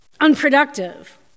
unproductive